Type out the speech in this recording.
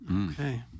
Okay